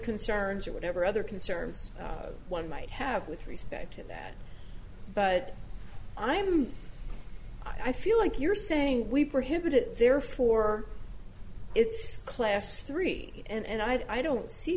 concerns or whatever other concerns one might have with respect to that but i mean i feel like you're saying we prohibit it therefore it's class three and i don't see